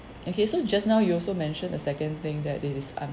okay so just now you also mentioned a second thing that it is un~